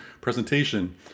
presentation